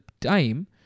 time